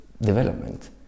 development